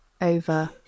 over